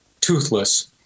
toothless